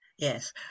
Yes